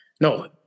no